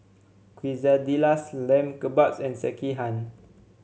Quesadillas Lamb Kebabs and Sekihan